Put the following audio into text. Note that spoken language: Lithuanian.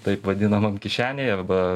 taip vadinamam kišenėj arba